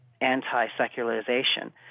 anti-secularization